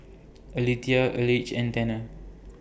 Alethea Elige and Tanner